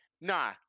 nah